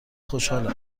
خوشحالم